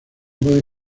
puede